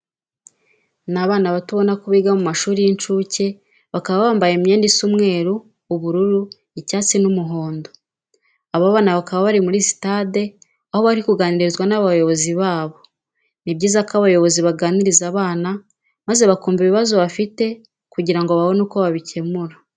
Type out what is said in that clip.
Ni abana bato ubona ko biga mu mashuri y'incuke, bakaba bambaye imyenda isa umweru, ubururu, icyatsi n'umuhondo. Aba bana bakaba bari muri sitade aho bari kuganirizwa n'abayoboze babo. Ni byiza ko abayobozi baganiriza abana maze bakumva ibibazo bafite kugira ngo babone uko babikemura.